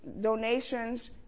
donations